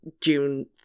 june